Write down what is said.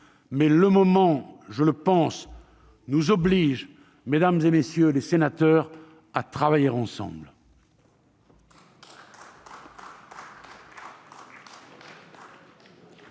Mais le moment nous oblige, mesdames, messieurs les sénateurs, à travailler ensemble